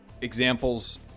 examples